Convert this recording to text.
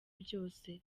byose